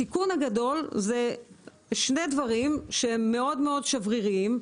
הסיכון הגדול הוא שני דברים שהם מאוד מאוד שבריריים.